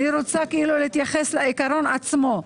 אני רוצה להתייחס לעקרון עצמו.